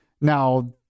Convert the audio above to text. Now